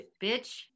bitch